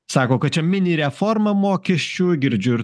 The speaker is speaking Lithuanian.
sako kad čia mini reforma mokesčių girdžiu ir